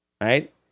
right